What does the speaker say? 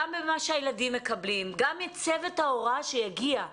גם במה שהילדים מקבלים, גם מצוות ההוראה שיגיע,